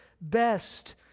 best